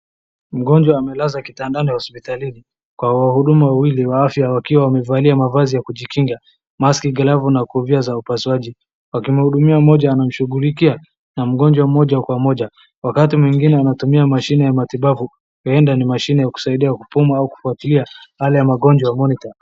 Mgonjwa amelazwa kitandani hospitalini kwa huduma wawili wa afya wakiwa wamevalia mavazi ya kujikinga mask, glavu na kofia za upasuaji. Wakimhudumia mmoja anamshughulikia na mgonjwa mmoja kwa moja. Wakati mwingine anatumia mashine ya matibabu huenda ni mashine ya kusaidia kupumua au kufuatilia hali ya magonjwa monitor .